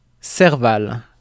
Serval